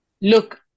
Look